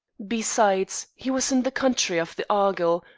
besides, he was in the country of the argyll,